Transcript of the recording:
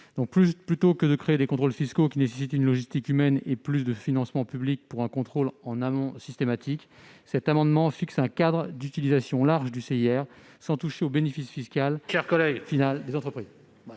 Plutôt que de créer des contrôles fiscaux, qui nécessitent une logistique humaine et plus de financements publics pour un contrôle en amont systématique, cet amendement tend à fixer un cadre d'utilisation large du crédit d'impôt recherche, sans toucher au bénéfice fiscal final des entreprises.